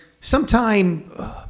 sometime